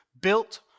built